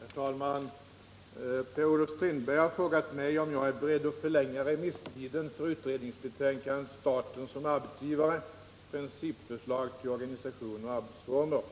Herr talman! Per-Olof Strindberg har frågat mig om jag är beredd att förlänga remisstiden för utredningsbetänkandet Staten som arbetsgivare — principförslag till organisation och arbetsformer,